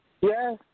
Yes